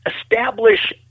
establish